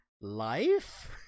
life